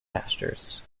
pastures